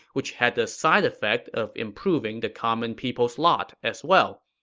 which had the side effect of improving the common people's lot as well.